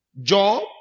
Job